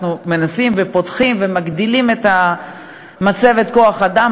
אנחנו מנסים ופותחים ומגדילים את מצבת כוח-האדם,